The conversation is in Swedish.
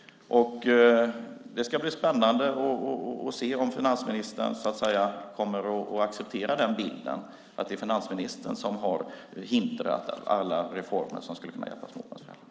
Det ska bli spännande att se om finansministern accepterar bilden att det är han som har hindrat reformerna som skulle ha kunnat hjälpa småbarnsföräldrarna.